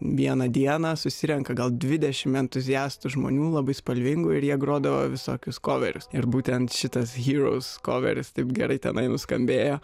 vieną dieną susirenka gal dvidešimt entuziastų žmonių labai spalvingų ir jie grodavo visokius koverius ir būtent šitas heros koveris taip gerai tenai nuskambėjo